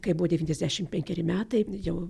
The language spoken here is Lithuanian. kai buvo devyniasdešim penkeri metai jau